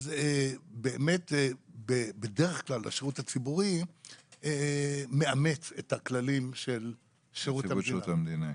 ובאמת בדרך כלל השירות הציבורי מאמץ את הכללים של שירות המדינה,